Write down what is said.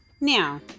Now